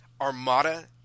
Armada